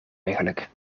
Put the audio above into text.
eigenlijk